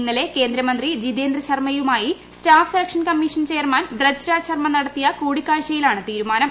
ഇന്നലെ കേന്ദ്രമന്ത്രി ജിതേന്ദ്ര ശർമ്മയുമൂയി staff selection commission chairman Braj Raj ശർമ്മിനട്ടത്തിയ കൂടിക്കാഴ്ചയിലാണ് തീരുമാനം